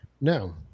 No